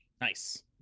nice